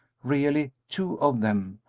really, two of them,